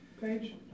page